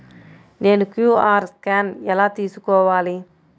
నేను QR scan ఎలా తీసుకోవాలి?